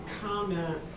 comment